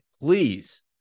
please